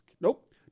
nope